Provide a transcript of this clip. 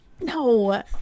No